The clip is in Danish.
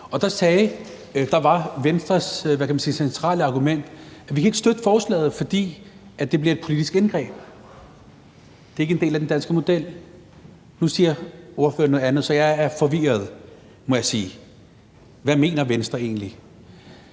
kan man sige, centrale argument: Vi kan ikke støtte forslaget, for det bliver et politisk indgreb, og det er ikke en del af den danske model. Nu siger ordføreren noget andet, så jeg er forvirret, må jeg sige. Hvad mener Venstre egentlig?